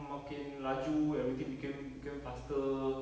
makin laju everything became became faster